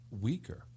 weaker